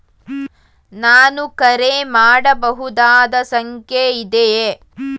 ನಾನು ಕರೆ ಮಾಡಬಹುದಾದ ಸಂಖ್ಯೆ ಇದೆಯೇ?